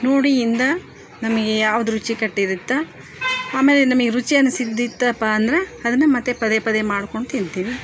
ನೋಡಿ ಇಂದ ನಮಗೆ ಯಾವ್ದು ರುಚಿ ಕಟ್ಟಿರುತ್ತೊ ಆಮೇಲೆ ನಮಗೆ ರುಚಿ ಅನ್ನಿಸಿದಿತ್ತಪ್ಪ ಅಂದ್ರೆ ಅದನ್ನು ಮತ್ತೆ ಪದೇ ಪದೇ ಮಾಡ್ಕೊಂಡು ತಿಂತೀವಿ